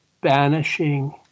banishing